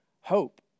hope